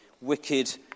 wicked